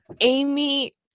Amy